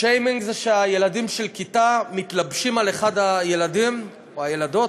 שיימינג זה שילדים של כיתה מתלבשים על אחד הילדים או הילדות,